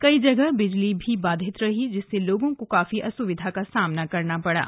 कई जगह बिजली भी बाधित रही जिससे लोगों को काफी असुविधा का सामना करना पड़ा